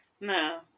No